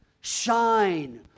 shine